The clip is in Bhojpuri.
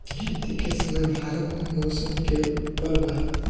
खेती के समय भारत मे मौसम के उपर बा